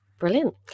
Brilliant